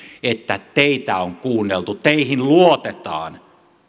että teitä on kuunneltu teihin luotetaan